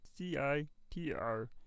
CITR